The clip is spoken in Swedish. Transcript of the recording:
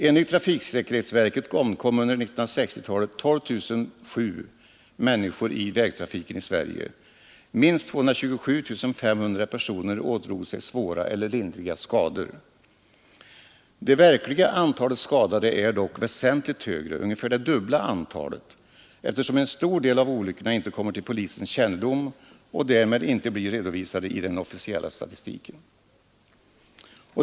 Enligt trafiksäkerhetsverket omkom under 1960-talet 12 007 människor i vägtrafiken i Sverige. Minst 227 500 personer ådrog sig svåra eller lindriga skador. Det verkliga antalet skadade är dock väsentligt högre, ungefär det dubbla, eftersom en stor del av olyckorna inte kommer till polisens kännedom och därmed inte blir redovisade i den officiella statistiken.